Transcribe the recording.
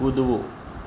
કૂદવું